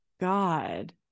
god